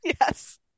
yes